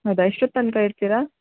ಹೌದಾ ಎಷ್ಟೊತ್ತನಕ ಇರ್ತೀರಾ